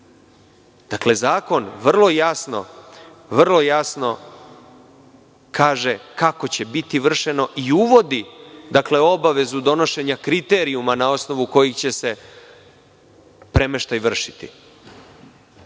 zakon vrlo jasno kaže kako će biti vršeno i uvodi obavezu donošenje kriterijuma na osnovu kojih će se premeštaj vršiti.